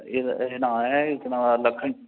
एह् नांऽ ऐ केह् नांऽ लखन